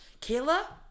Kayla